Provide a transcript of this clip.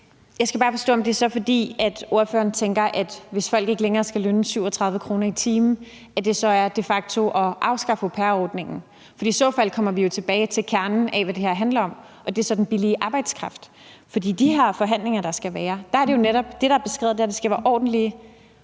så er, fordi ordføreren tænker, at hvis folk ikke længere skal aflønnes med 37 kr. i timen, er det de facto at afskaffe au pair-ordningen. For i så fald kommer vi jo tilbage til kernen i, hvad det her handler om, og det er så den billige arbejdskraft. I forhold til de her forhandlinger, der skal være, er det, der er beskrevet, netop, at der skal være ordentlige